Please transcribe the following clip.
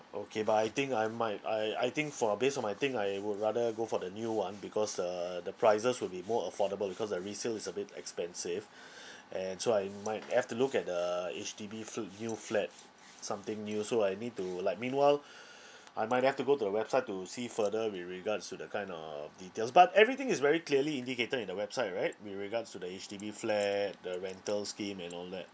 okay but I think I might I I think for uh based on my thing I would rather go for the new one because uh the prices would be more affordable because the resale is a bit expensive and so I might have to look at the H_D_B fl~ new flat something new so I need to like meanwhile I might have to go to the website to see further with regards to the kind of details but everything is very clearly indicated in the website right with regards to the H_D_B flat the rental scheme and all that